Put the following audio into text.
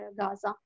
Gaza